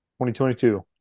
2022